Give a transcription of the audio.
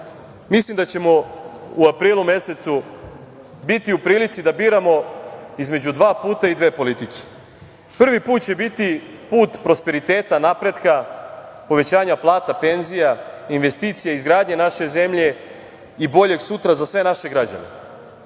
mislimo da ćemo u aprilu mesecu biti u prilici da biramo između dva puta i dve politike. Prvi put će biti put prosperiteta, napretka, povećanja plata, penzija, investicija i izgradnje naše zemlje i boljeg sutra za sve naše građane.